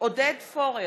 עודד פורר,